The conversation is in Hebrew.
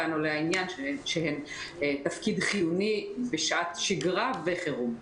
כאן עולה העניין שהן תפקיד חיוני בשעת שגרה וחירום.